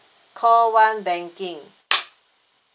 call one banking